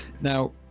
Now